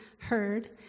heard